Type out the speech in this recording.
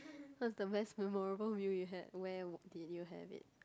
what's the best memorable view you had where did you have it